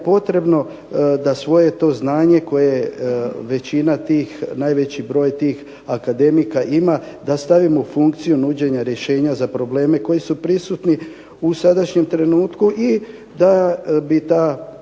da je potrebno da svoje to znanje koje većina tih najveći broj tih akademika ima da stavimo u funkciju nuđenja rješenja za probleme koji su prisutni u sadašnjem trenutku i da bi ta problematika